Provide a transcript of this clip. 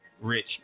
Rich